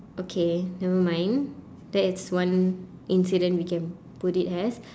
okay nevermind that is one incident we can put it as